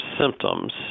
symptoms